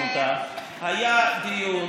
הייתה החלטה,